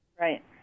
Right